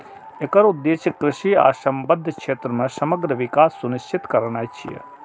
एकर उद्देश्य कृषि आ संबद्ध क्षेत्र मे समग्र विकास सुनिश्चित करनाय छियै